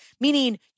meaning